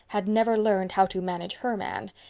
had never learned how to manage her man,